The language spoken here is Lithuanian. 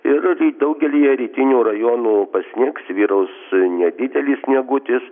ir daugelyje rytinių rajonų pasnigs vyraus nedidelis sniegutis